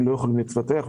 הם לא יכולים להתפתח.